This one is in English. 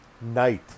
night